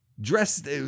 Dressed